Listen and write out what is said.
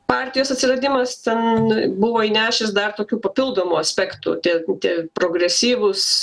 partijos atsiradimas ten buvo įnešęs dar tokių papildomų aspektų tie tie progresyvūs